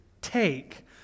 take